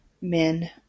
men